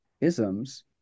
isms